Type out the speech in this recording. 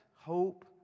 Hope